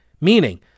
meaning